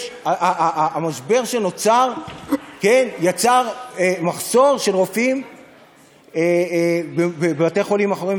המשבר שנוצר יצר מחסור של רופאים בבתי-חולים אחרים,